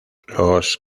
los